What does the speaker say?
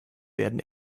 werden